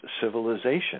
civilization